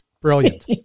Brilliant